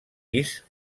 discs